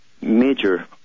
major